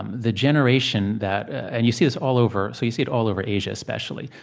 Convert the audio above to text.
um the generation that and you see this all over, so you see it all over asia, especially.